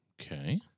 okay